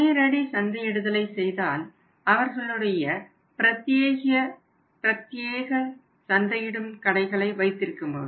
நேரடி சந்தையிடுதலை செய்தால் அவர்களுடைய பிரத்தியேக சந்தையிடும் கடைகளை வைத்திருக்க முடியும்